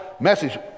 message